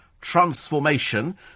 transformation